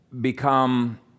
become